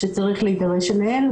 שצריך להידרש אליהן,